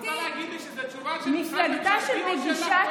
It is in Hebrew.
ומסיתים ומסיתים.